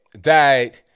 died